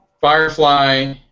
Firefly